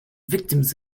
victims